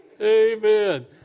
Amen